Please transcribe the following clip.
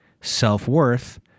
self-worth